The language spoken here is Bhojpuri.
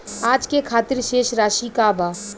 आज के खातिर शेष राशि का बा?